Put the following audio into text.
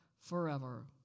forever